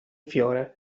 fiore